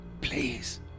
please